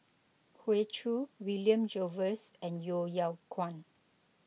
Hoey Choo William Jervois and Yeo Yeow Kwang